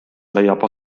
leiab